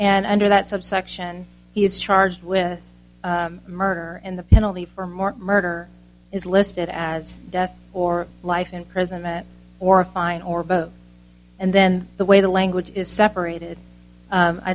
and under that subsection he is charged with murder and the penalty for more murder is listed as death or life imprisonment or a fine or both and then the way the language is separated